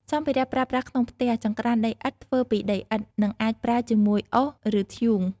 សម្ភារៈប្រើប្រាស់ក្នុងផ្ទះចង្ក្រានដីឥដ្ឋ ធ្វើពីដីឥដ្ឋ និងអាចប្រើជាមួយអុស ឬធ្យូង។